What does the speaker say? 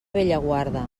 bellaguarda